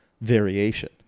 variation